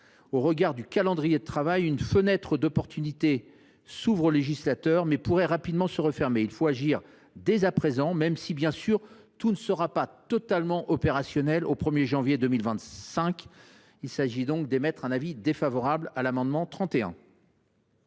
au regard du calendrier de travail, une fenêtre d’opportunité s’ouvre pour le législateur, mais pourrait rapidement se refermer : il faut agir dès à présent, même si, bien sûr, tout ne sera pas totalement opérationnel au 1 janvier 2025. La commission émet donc un avis défavorable sur l’amendement n°